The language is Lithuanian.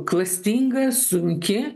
klastinga sunki